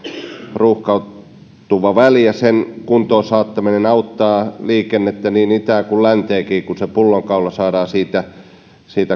ruuhkautuva väli ja sen kuntoon saattaminen auttaa liikennettä niin itään kuin länteenkin kun se pullonkaula saadaan siitä